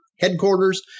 headquarters